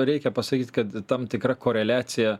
reikia pasakyt kad tam tikra koreliacija